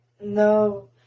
No